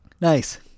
nice